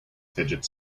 fidget